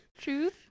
Truth